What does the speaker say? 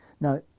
Now